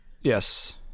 Yes